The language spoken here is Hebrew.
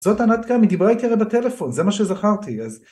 זאת ענת קם, היא דיברה איתי הרי בטלפון, זה מה שזכרתי, אז...